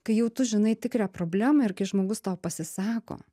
kai jau tu žinai tikrą problemą ir kai žmogus tau pasisako